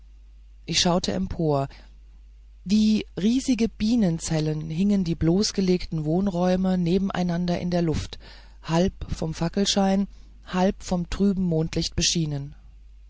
ich schaute empor wie riesige bienenzellen hingen die bloßgelegten wohnräume nebeneinander in der luft halb vom fackelschein halb von dem trüben mondlicht beschienen